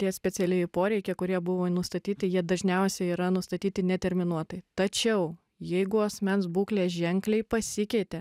tie specialieji poreikiai kurie buvo nustatyti jie dažniausiai yra nustatyti neterminuotai tačiau jeigu asmens būklė ženkliai pasikeitė